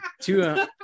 two